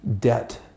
debt